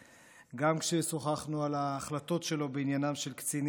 גם ששוחחנו על ההחלטות שלו בעניינם של קצינים ששגו,